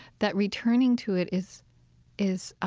that returning to it is is